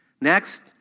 next